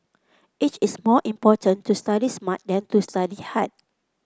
it is more important to study smart than to study hard